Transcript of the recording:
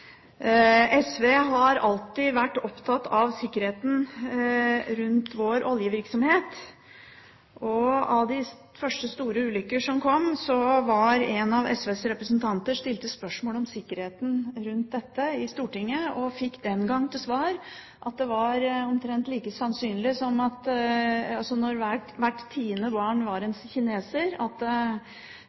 SV har alltid vært opptatt av sikkerheten rundt vår oljevirksomhet. Før en av de første store ulykkene kom, stilte en av SVs representanter spørsmål om sikkerheten rundt dette i Stortinget og fikk den gang til svar at det var omtrent like sannsynlig som, når hvert tiende barn er kineser, at en norsk kvinne skulle føde en kineser når hun skulle ha sitt tiende barn; det